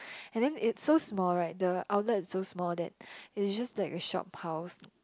and then it's so small right the outlet is so small that it is just like a shop house